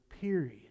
period